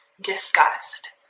discussed